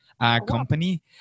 company